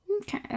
Okay